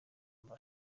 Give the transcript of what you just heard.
amb